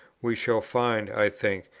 we shall find, i think,